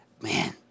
Man